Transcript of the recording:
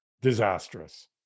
disastrous